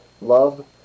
love